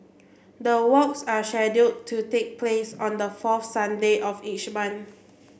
the walks are to take place on the fourth Sunday of each month